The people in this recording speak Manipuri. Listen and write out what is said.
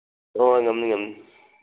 ꯍꯣꯏ ꯉꯝꯅꯤ ꯉꯝꯅꯤ